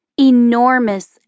Enormous